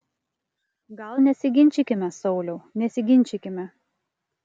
gal nesiginčykime sauliau nesiginčykime